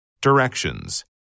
Directions